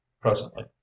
presently